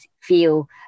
feel